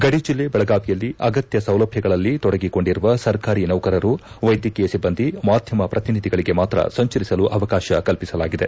ಗದಿ ಜಿಲ್ಲೆ ಬೆಳಗಾವಿಯಲ್ಲಿ ಅಗತ್ಯ ಸೌಲಭ್ಯಗಳಲ್ಲಿ ತೊಡಗಿಕೊಂಡಿರುವ ಸರ್ಕಾರಿ ನೌಕರರು ವೈದ್ಯಕೀಯ ಸಿಬ್ಬಂದಿ ಮಾಧ್ಯಮ ಪ್ರತಿನಿಧಿಗಳಿಗೆ ಮಾತ್ರ ಸಂಚರಿಸಲು ಅವಕಾಶ ಕಲ್ವಿಸಲಾಗಿದೆ